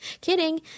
Kidding